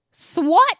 SWAT